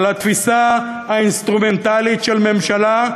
על התפיסה האינסטרומנטלית של ממשלה,